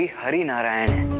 hari narayana